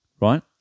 right